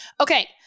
Okay